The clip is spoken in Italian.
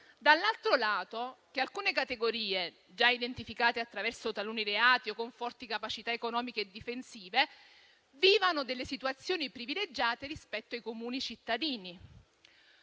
dall'altro lato, che alcune categorie, già identificate attraverso taluni reati o con forti capacità economiche e difensive, vivano delle situazioni privilegiate rispetto ai comuni cittadini.